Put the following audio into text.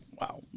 wow